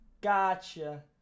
Gotcha